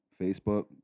Facebook